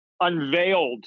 unveiled